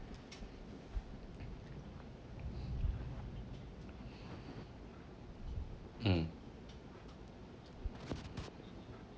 hmm